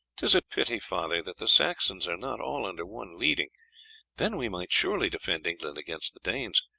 tis a pity, father, that the saxons are not all under one leading then we might surely defend england against the danes.